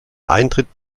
eintritt